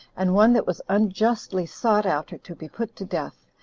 and one that was unjustly sought after to be put to death,